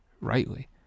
rightly